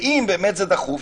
ואם זה דחוף,